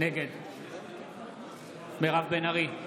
נגד מירב בן ארי,